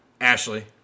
Ashley